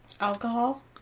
Alcohol